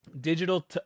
digital